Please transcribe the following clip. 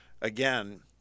again